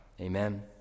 Amen